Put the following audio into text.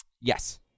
Yes